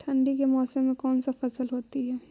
ठंडी के मौसम में कौन सा फसल होती है?